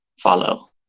follow